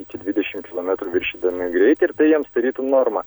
iki dvidešim kilometrų viršydami greitį ir tai jiems tarytum norma